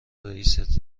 رئیست